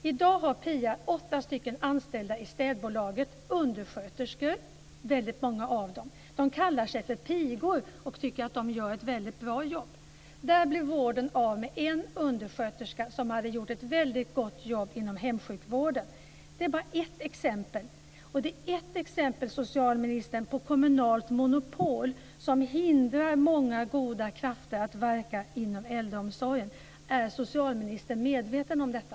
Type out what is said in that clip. I dag har Eva åtta anställda i städbolaget. Många av dem är undersköterskor. De kallar sig för pigor och tycker att de gör ett väldigt bra jobb. Där blev vården av med en undersköterska som hade gjort ett väldigt gott jobb inom hemsjukvården. Detta är bara ett exempel. Det är ett exempel, socialministern, på kommunalt monopol som hindrar många goda krafter att verka inom äldreomsorgen. Är socialministern medveten om detta?